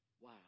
wow